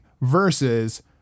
versus